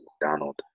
Donald